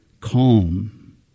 calm